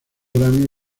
grammy